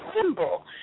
symbol